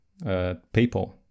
PayPal